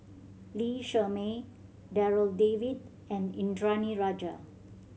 Lee Shermay Darryl David and Indranee Rajah